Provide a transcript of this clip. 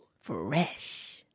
Fresh